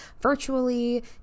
virtually